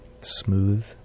smooth